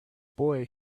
boy